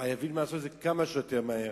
חייבים לעשות את זה כמה שיותר מהר,